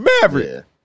Maverick